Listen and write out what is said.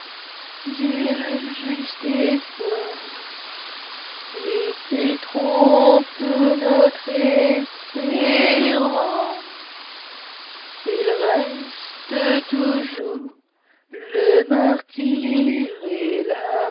monsieur il est toujours